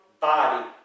body